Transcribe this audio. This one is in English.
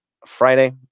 Friday